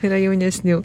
yra jaunesnių